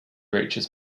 reaches